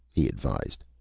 he advised.